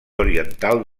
oriental